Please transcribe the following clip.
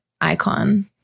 icon